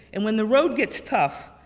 and when the road gets tough,